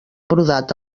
brodat